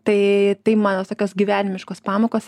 tai tai manos tokios gyvenimiškos pamokos